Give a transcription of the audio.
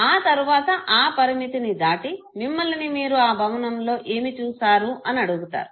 ఆ తరువాత ఆ పరిమితిని దాటి మిమ్మలిని మీరు ఆ భవనంలో ఏమి చూసారు అని అడుగుతారు